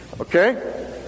okay